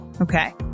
Okay